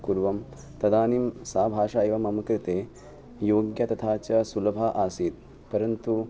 कुर्वं तदानीं सा भाषा एव मम कृते योग्या तथा च सुलभा आसीत् परन्तु